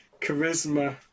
charisma